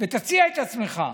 ותציע את עצמך,